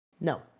No